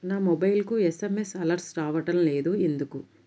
నా మొబైల్కు SMS alerts రావడం లేదు ఎందుకు?